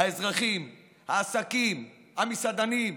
האזרחים, העסקים, המסעדנים,